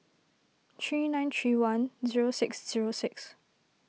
three nine three one zero six zero six